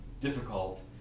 difficult